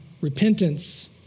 repentance